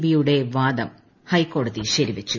B യുടെ വാദം ഹൈക്കോടതി ശരിവച്ചു